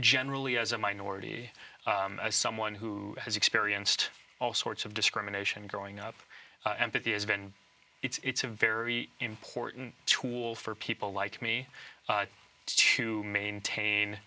generally as a minority as someone who has experienced all sorts of discrimination growing up empathy has been it's a very important tool for people like me to maintain